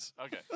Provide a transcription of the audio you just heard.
Okay